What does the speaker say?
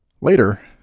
Later